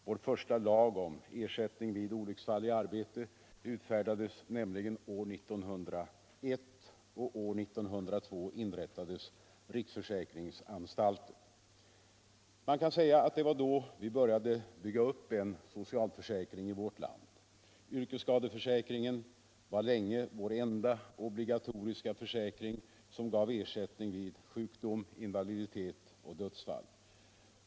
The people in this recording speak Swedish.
Vår första lag om ersättning vid olycksfall i arbete utfärdades nämligen år 1901, och år 1902 inrättades riksförsäkringsanstalten. Man kan säga att det var då vi började att bygga — Nr 137 upp en socialförsäkring i vårt land. Yrkesskadeförsäkringen var länge Tisdagen den vår enda obligatoriska försäkring som gav ersättning vid sjukdom, in 25 maj 1976 validitet och dödsfall.